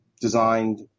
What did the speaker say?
designed